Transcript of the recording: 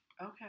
Okay